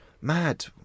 mad